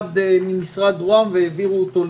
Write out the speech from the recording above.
מהמשרד ראש הממשלה והעבירו לשם.